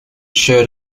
shared